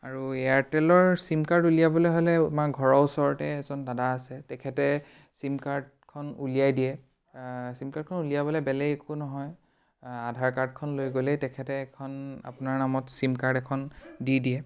আৰু এয়াৰটেলৰ sim card উলিয়াবলৈ হ'লে আমাৰ ঘৰৰ ওচৰতে এজন দাদা আছে তেখেতে ছিম কাৰ্ডখন উলিয়াই দিয়ে ছিম কাৰ্ডখন উলিয়াবলৈ বেলেগ একো নহয় আধাৰ কাৰ্ডখন লৈ গ'লেই তেখেতে আপোনাৰ নামত ছিম কাৰ্ড এখন দি দিয়ে